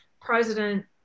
President